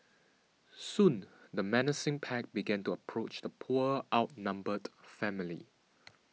soon the menacing pack began to approach the poor outnumbered family